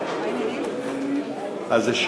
60